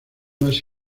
más